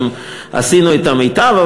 האם עשינו את המיטב,